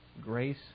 grace